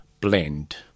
Blend